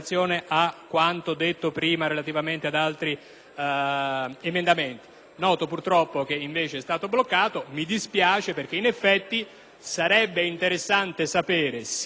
Noto purtroppo che, invece, é stato bloccato. Mi dispiace perché in effetti sarebbe interessante sapere sia per i cittadini italiani che per quelli di altri Paesi ex-colonizzati